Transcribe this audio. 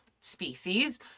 species